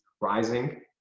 rising